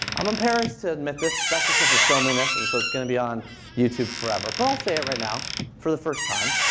i'm embarrassed to admit this, especially because we're filming this and so it's going to be on youtube forever. but i'll say it right now for the first time.